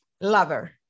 lover